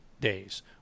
days